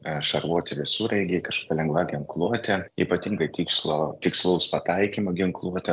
šarvuoti visureigiai kažkokia lengva ginkluotė ypatingai tikslo tikslaus pataikymo ginkluotė